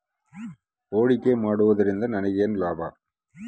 ಹೂಡಿಕೆ ಮಾಡುವುದರಿಂದ ನನಗೇನು ಲಾಭ?